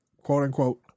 quote-unquote